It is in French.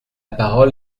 parole